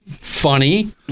funny